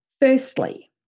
Firstly